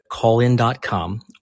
callin.com